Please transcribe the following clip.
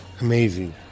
amazing